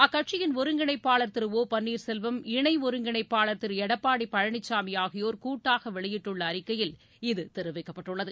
அக்கட்சியின் ஒருங்கிணைப்பாளர் திரு ஓ பன்னீர் செல்வம் இணை ஒருங்கிணைப்பாளர் திரு எடப்பாடி பழனிசாமி ஆகியோர் கூட்டாக வெளியிட்டுள்ள அறிக்கையில் இது தெரிவிக்கப்பட்டுள்ளது